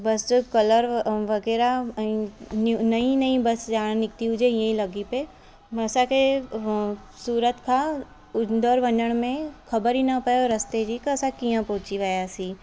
बस जो कलर वग़ैरह अन न्यू नई नई बस ॼणु निकिती हुजे हीअं लॻे पियो असांखे सूरत खां इन्दौर वञण में ख़बर ई न पयो रस्ते जी की असां कीअं पहुची वियासीं